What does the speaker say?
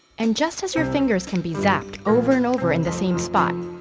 and just as your fingers can be zapped over and over in the same spot,